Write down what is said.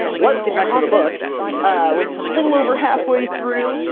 let's get back to the book! we're a little over halfway through,